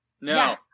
No